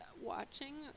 watching